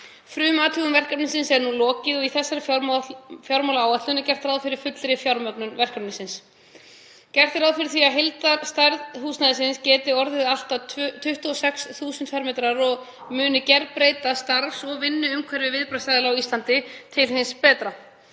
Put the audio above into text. Frumathugun verkefnisins er nú lokið og í þessari fjármálaáætlun er gert ráð fyrir fullri fjármögnun verkefnisins. Gert er ráð fyrir því að heildarstærð húsnæðisins geti orðið allt að 26.000 fermetrar og muni gerbreyta starfs- og vinnuumhverfi viðbragðsaðila á Íslandi til hins betra.